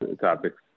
topics